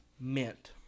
Mint